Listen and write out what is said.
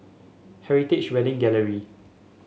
Heritage Wedding Gallery